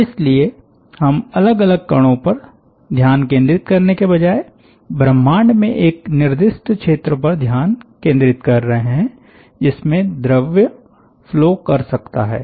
इसलिए हम अलग अलग कणों पर ध्यान केंद्रित करने के बजाय ब्रह्मांड में एक निर्दिष्ट क्षेत्र पर ध्यान केंद्रित कर रहे हैं जिसमें द्रव्य फ्लो कर सकता हैं